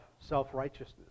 self-righteousness